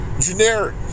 generic